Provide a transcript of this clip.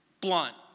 blunt